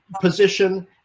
position